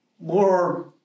more